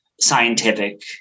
scientific